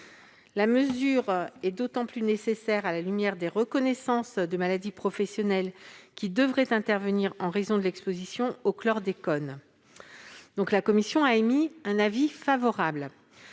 La mesure est d'autant plus nécessaire à la lumière des reconnaissances de maladies professionnelles qui devraient intervenir en raison de l'exposition au chlordécone. La commission a donc émis un avis favorable